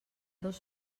dos